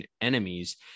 enemies